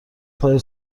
پای